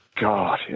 God